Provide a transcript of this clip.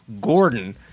Gordon